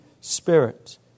Spirit